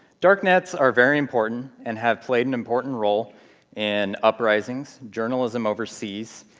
darknets are very important and have played an important role in uprisings, journalism overseas,